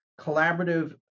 collaborative